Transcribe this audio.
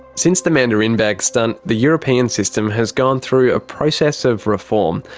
since the mandarin bag stunt, the european system has gone through a process of reform.